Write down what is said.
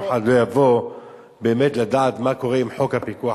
אף אחד לא יבוא באמת לדעת מה קורה עם חוק הפיקוח